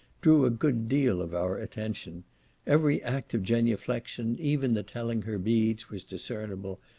drew a good deal of our attention every act of genuflection, even the telling her beads, was discernible,